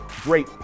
great